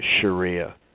Sharia